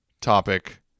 topic